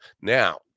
now